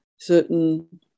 certain